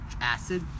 acid